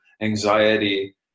anxiety